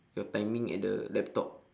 your timing at the laptop